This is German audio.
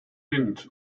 wind